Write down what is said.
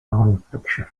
nonfiction